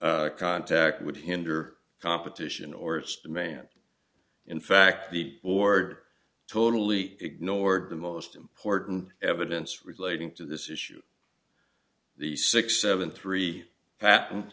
contact would hinder competition or its demand in fact the board totally ignored the most important evidence relating to this issue the six seven three